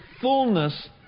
fullness